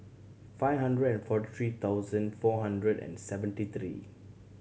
five hundred and forty three thousand four hundred and seventy three